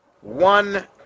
one